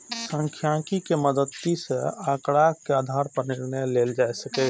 सांख्यिकी के मदति सं आंकड़ाक आधार पर निर्णय लेल जा सकैए